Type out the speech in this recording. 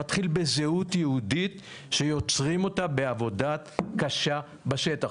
הוא מתחיל בזהות יהודית שיוצרים אותה בעבודה קשה בשטח.